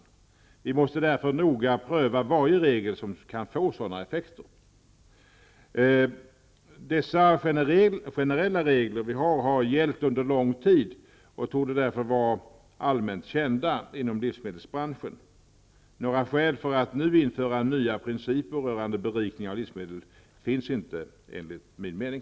Vi måste därför noga pröva varje regel som kan få sådana effekter. Dessa generella regler har gällt under lång tid och torde därför vara allmänt kända inom livsmedelsbranschen. Några skäl för att nu införa nya principer rörande berikning av livsmedel finns inte enligt min mening.